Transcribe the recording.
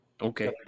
Okay